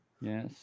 Yes